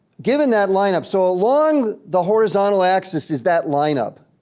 given that lineup, so along the horizontal axis is that lineup.